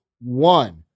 one